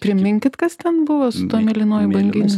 priminkit kas ten buvus su tuo mėlynuoju banginiu